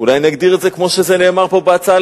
אולי אני אגדיר את זה כמו שזה נאמר פה בהצעה